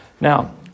Now